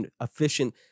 efficient